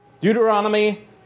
Deuteronomy